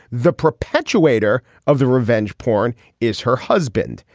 the perpetuate her of the revenge porn is her husband.